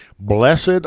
Blessed